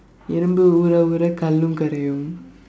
எறும்பு ஊற ஊற கல்லும் கரையும்:erumpu uura uura kallum karaiyum